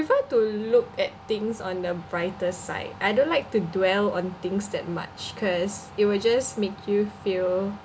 prefer to look at things on the brighter side I don't like to dwell on things that much cause it will just make you feel